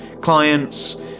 Clients